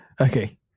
Okay